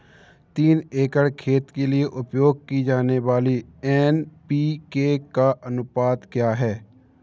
तीन एकड़ खेत के लिए उपयोग की जाने वाली एन.पी.के का अनुपात क्या है?